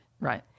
Right